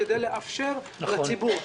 כדי לאפשר לציבור.